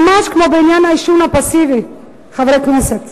ממש כמו בעניין העישון הפסיבי, חברי הכנסת.